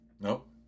Nope